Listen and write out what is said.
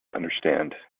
understand